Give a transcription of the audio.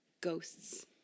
ghosts